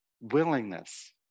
willingness